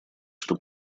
что